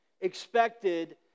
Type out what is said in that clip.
expected